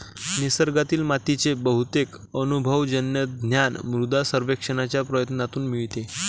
निसर्गातील मातीचे बहुतेक अनुभवजन्य ज्ञान मृदा सर्वेक्षणाच्या प्रयत्नांतून मिळते